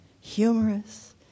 humorous